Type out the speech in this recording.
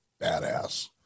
badass